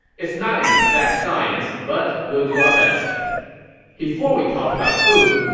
it's not an exact science, but we'll do our best before we talk about food,